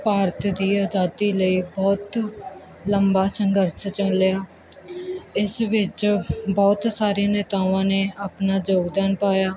ਭਾਰਤ ਦੀ ਆਜ਼ਾਦੀ ਲਈ ਬਹੁਤ ਲੰਬਾ ਸੰਘਰਸ਼ ਚੱਲਿਆ ਇਸ ਵਿੱਚ ਬਹੁਤ ਸਾਰੇ ਨੇਤਾਵਾਂ ਨੇ ਆਪਣਾ ਯੋਗਦਾਨ ਪਾਇਆ